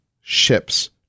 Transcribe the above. ships